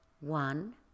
One